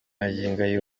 aya